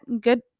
good